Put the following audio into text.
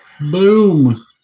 Boom